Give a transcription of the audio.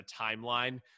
timeline